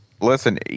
Listen